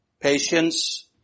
patience